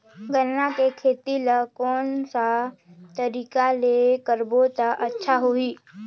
गन्ना के खेती ला कोन सा तरीका ले करबो त अच्छा होही?